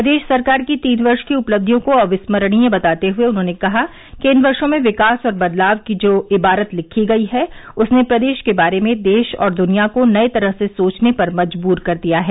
प्रदेश सरकार की तीन वर्ष की उपलब्धियों को अविस्मरणीय बताते हए उन्होंने कहा कि इन वर्षो में विकास और बदलाव की जो इबारत लिखी गई है उसने प्रदेश के बारे में देश और दृनिया को नये तरह से सोचने पर मजबूर कर दिया है